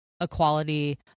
equality